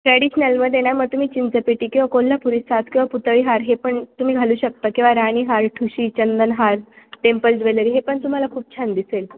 ट्रॅडिशनलमध्ये ना मग तुम्ही चिंचपेटी किंवा कोल्हापुर साज किंवा पुतळी हार हे पण तुम्ही घालू शकता किवा राणी हार ठुशी चंदनहार टेम्पल ज्वेलरी हे पण तुम्हाला खूप छान दिसेल